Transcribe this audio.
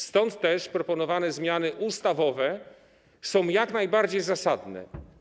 Stąd też proponowane zmiany ustawowe są jak najbardziej zasadne.